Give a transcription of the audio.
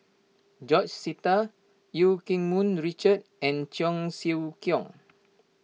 George Sita Eu Keng Mun Richard and Cheong Siew Keong